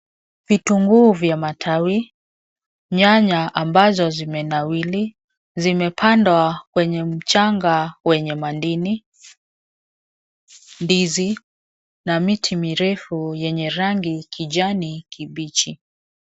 Vitunguu vya matawi, nyanya ambazo zimenawiri zimepandwa kwenye mchanga wenye madini. Ndizi na miti mirefu yenye rangi kijani kibichi.